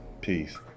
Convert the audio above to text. Peace